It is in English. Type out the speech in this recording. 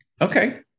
Okay